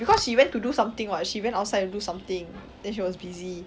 because she went to do something [what] she went outside to do something then she was busy